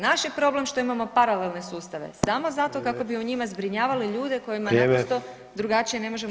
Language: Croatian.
Naš je problem što imamo paralelne sustave samo zato kako bi u njima zbrinjavali ljude kojima [[Upadica: Vrijeme.]] naprosto drugačije ne možemo